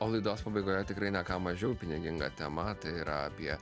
o laidos pabaigoje tikrai ne ką mažiau piniginga tema tai yra apie